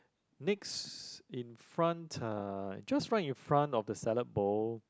next in front uh just right in front of the salad bowl